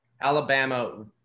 Alabama